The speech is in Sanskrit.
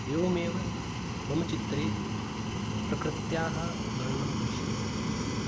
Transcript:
एवमेव मम चित्रे प्रकृत्याः वर्णनं भविष्यति